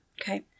Okay